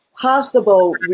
possible